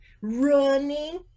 running